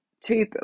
two